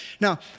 Now